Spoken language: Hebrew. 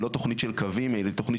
היא לא תוכנית של קווים אלא היא תוכנית